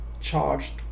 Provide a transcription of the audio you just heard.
charged